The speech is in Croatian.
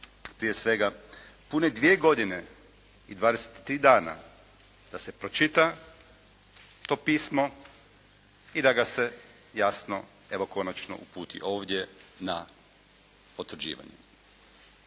prije svega pune dvije godine i 23 dana da se pročita to pismo i da ga se jasno evo konačno uputi ovdje na potvrđivanje.